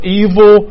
evil